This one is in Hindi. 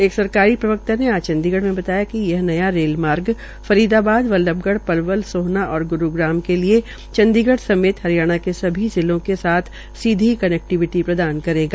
एक सरकारी प्रवक्ता ने आज चंडीगढ़ में बताया कि यह नया रेल मार्ग फरीदाबाद बल्लबगढ़ पलवल सोहना और ग्रुग्राम के लिए चंडीगढ़ समेत हरियाणा राज्य के सभी जिलों के साथ सीधी कनेक्टिविटी प्रदान करेगा